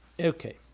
Okay